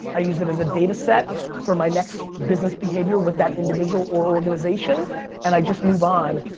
i use it as a data set for my next business behavior with that individual or organization and i just move on.